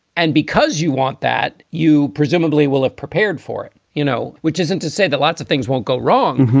and because you want that, you presumably will have prepared for it, you know, which isn't to say that lots of things won't go wrong,